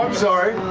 sorry.